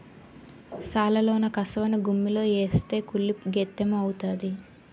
సాలలోన కసవను గుమ్మిలో ఏస్తే కుళ్ళి గెత్తెము అవుతాది